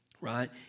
right